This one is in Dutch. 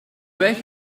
weg